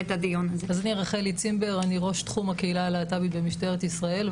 אני ראש תחום הקהילה הלהט"בית במשטרת ישראל.